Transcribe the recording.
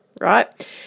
right